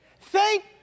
Thank